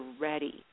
ready